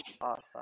Awesome